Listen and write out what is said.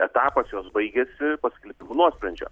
etapas jos baigiasi paskelbimo nuosprendžio